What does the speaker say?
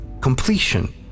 completion